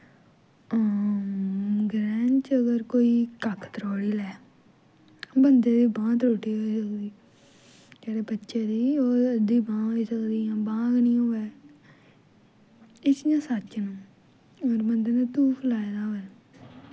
ग्रैह्न च अगर कोई कक्ख त्रोड़ी लै बंदे दी बांह् त्रेड्डी होई सकदी जेह्ड़ी बच्चे दी ओह्दी बांह् होई सकदी जां बांह् गै नी होऐ एह् चीजां सच्च न हून बंदे ने धूफ लाए दा होऐ